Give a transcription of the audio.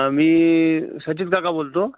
मी सचित काका बोलतो